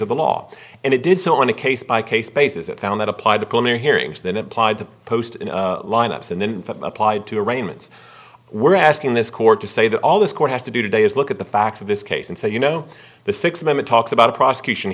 of the law and it did so on a case by case basis it found that applied to pool near hearings than it applied to post lineups and then applied to arraignments were asking this court to say that all this court has to do today is look at the facts of this case and say you know the six member talks about a prosecution